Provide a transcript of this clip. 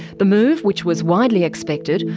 the move, which was widely expected,